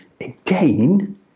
again